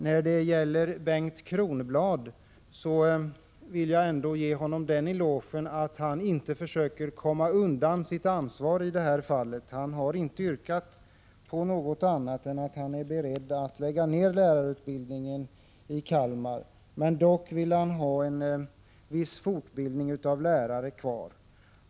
Jag vill ändå ge Bengt Kronblad en eloge för att han inte försöker komma undan sitt ansvar i detta fall. Han har inte yrkat på något annat, utan han är beredd att lägga ned utbildningen i Kalmar. Dock vill han ha en viss fortbildning av lärare kvar.